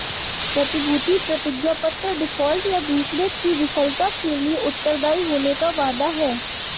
प्रतिभूति प्रतिज्ञापत्र डिफ़ॉल्ट, या दूसरे की विफलता के लिए उत्तरदायी होने का वादा है